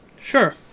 Sure